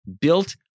built